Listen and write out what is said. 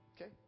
Okay